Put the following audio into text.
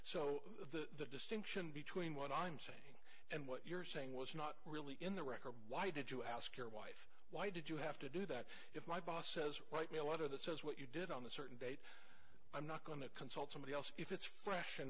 so the distinction between what i'm saying and what you're saying was not really in the record why did you ask your wife why did you have to do that if my boss says white male out of that says what you did on the certain that i'm not going to consult somebody else if it's fresh in